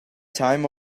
time